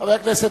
חברת הכנסת